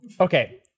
okay